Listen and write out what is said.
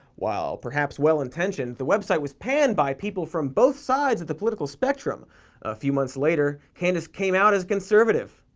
while perhaps well-intentioned, the website was panned by people from both sides of the political spectrum. a few months later, candace came out as conservative.